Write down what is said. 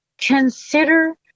Consider